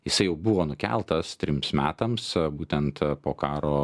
jisai jau buvo nukeltas trims metams būtent po karo